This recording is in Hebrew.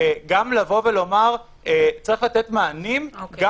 גם לבוא ולומר שצריך לתת מענים גם